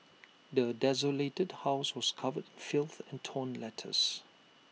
the desolated house was covered filth and torn letters